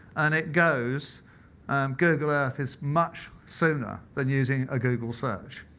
and it goes google earth is much sooner than using a google search.